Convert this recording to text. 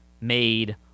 made